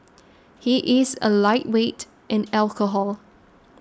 he is a lightweight in alcohol